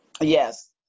yes